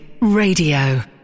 Radio